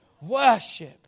Worship